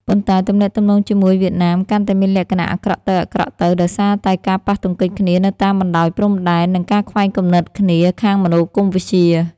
ប៉ុន្តែទំនាក់ទំនងជាមួយវៀតណាមកាន់តែមានលក្ខណៈអាក្រក់ទៅៗ ដោយសារ តែការប៉ះទង្គិចគ្នានៅតាមបណ្តោយព្រំដែន និងការខ្វែងគំនិតគ្នាខាងមនោគមន៍វិជ្ជា ។